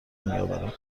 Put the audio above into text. میاورد